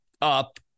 up